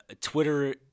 Twitter